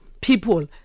people